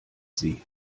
sie